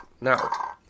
Now